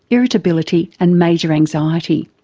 irritability and major anxiety.